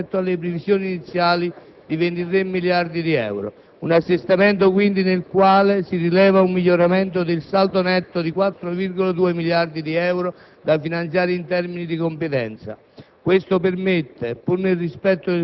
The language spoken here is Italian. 18,8 miliardi, rispetto alla previsione iniziale di 23 miliardi di euro. Un assestamento, quindi, nel quale si rileva un miglioramento del saldo netto di 4,2 miliardi di euro da finanziare in termini di competenza.